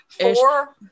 Four